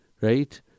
Right